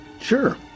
Sure